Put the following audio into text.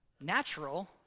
natural